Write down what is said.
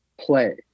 play